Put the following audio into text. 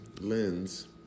lens